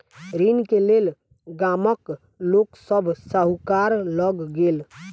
ऋण के लेल गामक लोक सभ साहूकार लग गेल